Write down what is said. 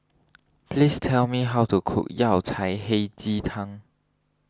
please tell me how to cook Yao Cai Hei Ji Tang